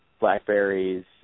blackberries